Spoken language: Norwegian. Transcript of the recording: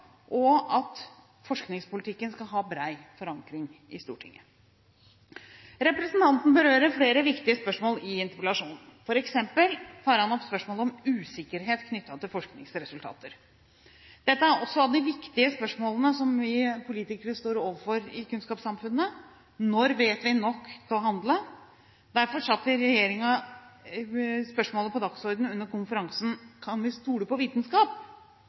og at forskningspolitikken skal ha bred forankring i Stortinget. Representanten berører flere viktige spørsmål i interpellasjonen, f.eks. tar han opp spørsmålet om usikkerhet knyttet til forskningsresultater. Dette er også av de viktige spørsmålene som vi politikere står overfor i kunnskapssamfunnet: Når vet vi nok til å handle? Derfor satte regjeringen spørsmålet på dagsordenen under konferansen «Kan vi stole på vitenskap?»,